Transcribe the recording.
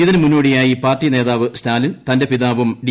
ഇതിന് മുന്നോടിയായി പാർട്ടി നേതാവ് സ്റ്റാലിൻ തന്റെ പിതാവും ഡി